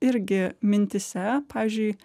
irgi mintyse pavyzdžiui